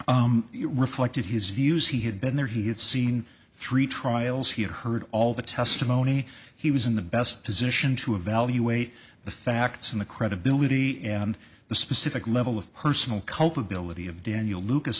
reflected his views he had been there he had seen three trials he heard all the testimony he was in the best position to evaluate the facts and the credibility and the specific level of personal culpability of daniel lucas